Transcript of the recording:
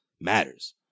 matters